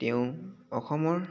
তেওঁ অসমৰ